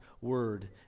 Word